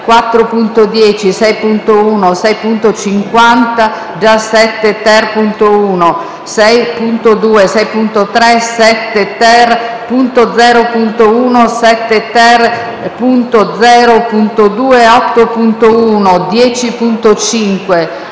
4.10, 6.1, 6.50 (già 7-*ter*.l), 6.2, 6.3, 7*-ter*.0.1, 7*-ter*.0.2, 8.1, 10.5,